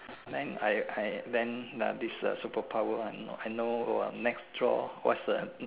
then I I then uh this uh super power one I know I know next draw what's the